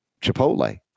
chipotle